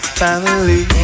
family